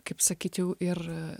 kaip sakyt jau ir